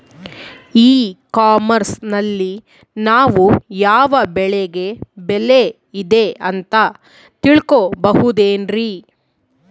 E commerce ನಲ್ಲಿ ನಾವು ಯಾವ ಬೆಳೆಗೆ ಬೆಲೆ ಇದೆ ಅಂತ ತಿಳ್ಕೋ ಬಹುದೇನ್ರಿ?